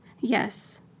yes